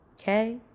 okay